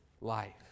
life